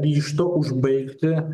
ryžto užbaigti